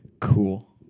Cool